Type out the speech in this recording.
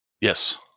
Yes